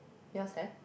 yours have